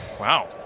wow